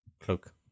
Cloak